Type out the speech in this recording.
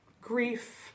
grief